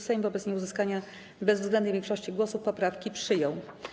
Sejm wobec nieuzyskania bezwzględnej większości głosów poprawki przyjął.